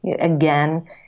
again